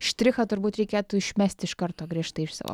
štrichą turbūt reikėtų išmesti iš karto griežtai iš savo